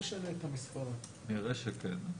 נראה שכן.